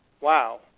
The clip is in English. Wow